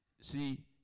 See